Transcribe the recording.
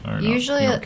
usually